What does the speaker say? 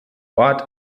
ort